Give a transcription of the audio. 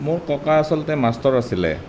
মোৰ ককা আচলতে মাষ্টৰ আছিলে